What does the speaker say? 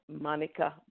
Monica